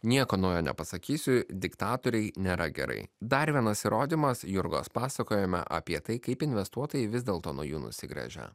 nieko naujo nepasakysiu diktatoriai nėra gerai dar vienas įrodymas jurgos pasakojome apie tai kaip investuotojai vis dėlto nuo jų nusigręžia